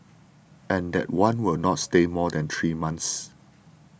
and that one will not stay more than three months